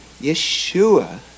Yeshua